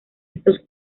estos